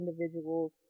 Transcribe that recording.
individuals